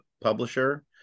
publisher